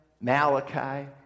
Malachi